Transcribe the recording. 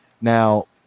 Now